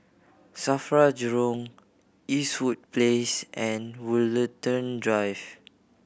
SAFRA Jurong Eastwood Place and Woollerton Drive